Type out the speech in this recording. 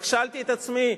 רק שאלתי את עצמי: